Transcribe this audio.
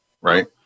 Right